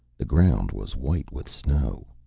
the ground was white with snow!